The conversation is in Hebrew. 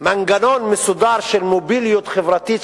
מנגנון מסודר של מוביליות חברתית,